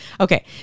Okay